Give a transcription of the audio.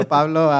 Pablo